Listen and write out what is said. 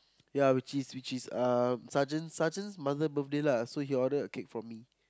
ya which is which is um sergeant sergeant's mother birthday lah so he order a cake from me